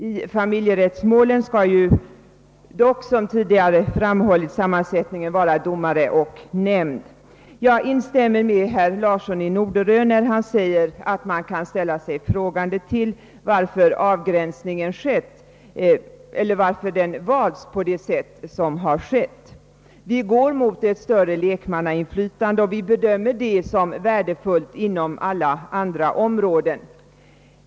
I familjerättsmålen skall dock sammansättningen — som tidigare framhållits — vara domare och nämnd. Jag instämmer med herr Larsson i Norderön när han säger att man kan ställa sig frågande till varför avgränsningen valts på sätt som skett. Vi går mot ett större lekmannainflytande och vi bedömer detta som värdefullt inom alla områden.